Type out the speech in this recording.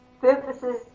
purposes